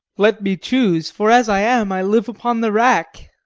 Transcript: let me choose for as i am, i live upon the rack.